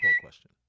question